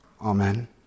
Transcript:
Amen